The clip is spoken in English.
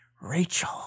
Rachel